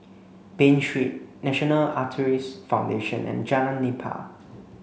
Bain Street National Arthritis Foundation and Jalan Nipah